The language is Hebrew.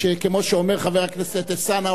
כמו שאומר חבר הכנסת אלסאנע,